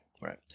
Right